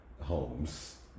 homes